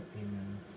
amen